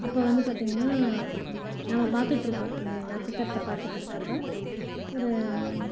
அப்போ வந்து பார்த்திங்கன்னா நம்ம பார்த்துட்டுருப்போம் நட்சத்திரத்தை பார்த்துட்டுருக்கப்போ ஒரு